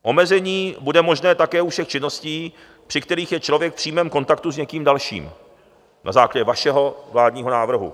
Omezení bude možné také u všech činností, při kterých je člověk v přímém kontaktu s někým dalším, na základě vašeho vládního návrhu.